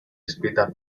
escrita